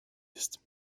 ist